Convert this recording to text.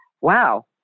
wow